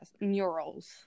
murals